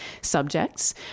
subjects